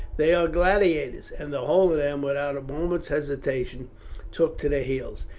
they are gladiators, and the whole of them without a moment's hesitation took to their heels.